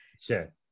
sure